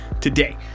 today